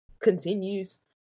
continues